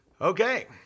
Okay